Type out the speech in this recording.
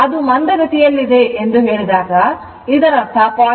ಅದು ಮಂದಗತಿಯಲ್ಲಿದೆ ಎಂದು ಹೇಳಿದಾಗ ಇದರರ್ಥ 0